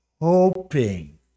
hoping